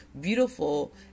beautiful